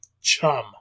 chum